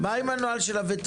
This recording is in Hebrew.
מה עם הנוהל של הווטרינר?